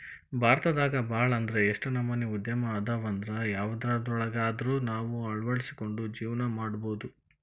ಭಾರತದಾಗ ಭಾಳ್ ಅಂದ್ರ ಯೆಷ್ಟ್ ನಮನಿ ಉದ್ಯಮ ಅದಾವಂದ್ರ ಯವ್ದ್ರೊಳಗ್ವಂದಾದ್ರು ನಾವ್ ಅಳ್ವಡ್ಸ್ಕೊಂಡು ಜೇವ್ನಾ ಮಾಡ್ಬೊದು